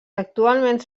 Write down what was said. actualment